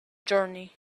journey